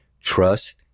Trust